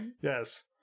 Yes